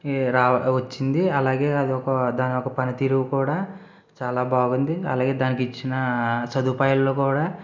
ఏ రా వచ్చింది అలాగే అదొక దాని యొక్క పని తీరు కూడా చాలా బాగుంది అలాగే దానికి ఇచ్చిన సదుపాయాలు కూడా